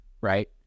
Right